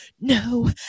no